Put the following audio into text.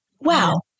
Wow